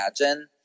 imagine